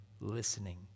listening